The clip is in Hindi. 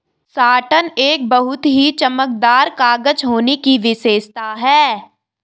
साटन एक बहुत ही चमकदार कागज होने की विशेषता है